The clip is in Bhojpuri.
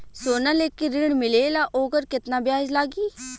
सोना लेके ऋण मिलेला वोकर केतना ब्याज लागी?